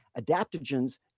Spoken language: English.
adaptogens